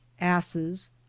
asses